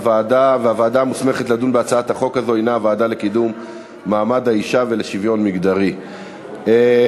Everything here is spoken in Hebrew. לוועדה לקידום מעמד האישה ולשוויון מגדרי נתקבלה.